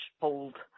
hold